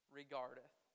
regardeth